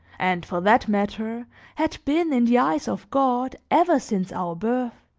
and for that matter had been in the eyes of god, ever since our birth.